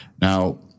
Now